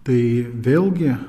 tai vėlgi